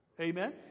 Amen